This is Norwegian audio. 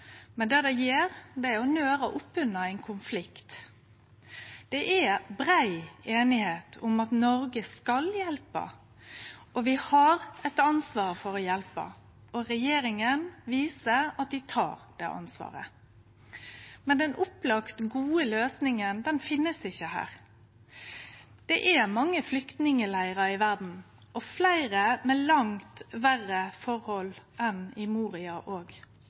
men det det gjer, er å nøre opp under ein konflikt. Det er brei einigheit om at Noreg skal hjelpe, og vi har eit ansvar for å hjelpe. Regjeringa viser at dei tek det ansvaret, men den opplagt gode løysinga finst ikkje her. Det er mange flyktningleirar i verda og dessverre fleire med langt verre forhold enn i Moria